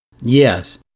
Yes